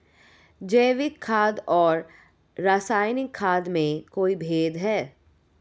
जैविक खाद और रासायनिक खाद में कोई भेद है?